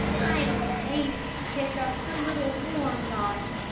i hated to pick up the little, warm body,